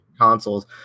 consoles